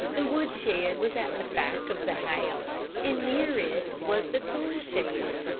the woodshed was at the back of the house, and near it was the tool shed.